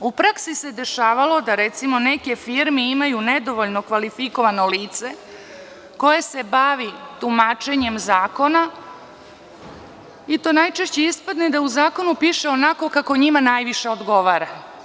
U praksi se dešavalo da, recimo, neke firme imaju nedovoljno kvalifikovano lice koje se bavi tumačenjem zakona i to najčešće ispadne da u zakonu ispadne onako kako njima najviše odgovara.